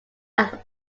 are